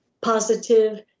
positive